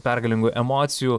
pergalingų emocijų